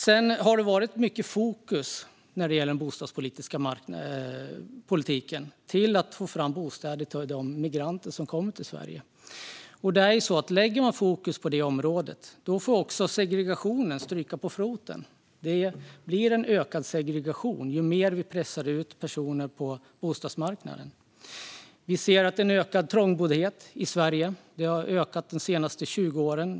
Det har varit mycket fokus i bostadspolitiken på att få fram bostäder till de migranter som kommer till Sverige. Om man lägger fokus på det området får annat stryka på foten. Ju mer vi pressar ut personer på bostadsmarknaden, desto större blir segregationen. Vi ser en ökad trångboddhet i Sverige. Den har dubblerats de senaste 20 åren.